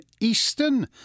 Eastern